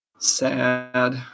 Sad